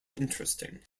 interesting